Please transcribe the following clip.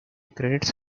credits